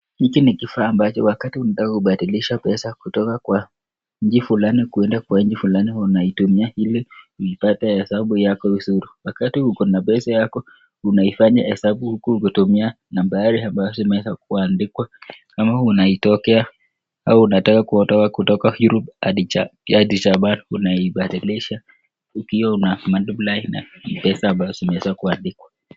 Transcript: Hiki ni kifaa ambacho wakati unataka kubadilisha pesa kutoka kwa nji fulani kwenda kwa nji fulani unaitumia ili uipate hesabu yako vizuri. Wakati uko na pesa yako unaifanya hesabu huku ukitumia nambari ambazo zimeweza kuandikwa ama unaitokea au unataka kutoa ktoka Europe hadi Japan unaibadilisha hiyo una multiply ama imeweza kuandikwa.